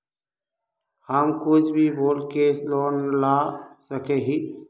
हम कुछ भी बोल के लोन ला सके हिये?